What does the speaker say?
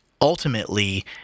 ultimately –